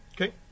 Okay